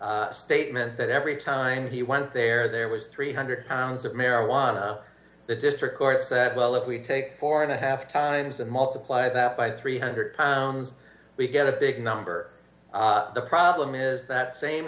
s statement that every time he went there there was three hundred pounds of marijuana the district court said well if we take four and a half times and multiply that by three hundred pounds we get a big number the problem is that same